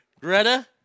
Greta